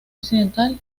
occidental